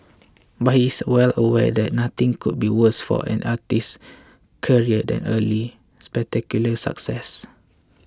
but he is well aware that nothing could be worse for an artist's career than early spectacular success